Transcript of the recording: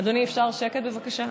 אדוני, אפשר שקט, בבקשה?